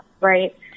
right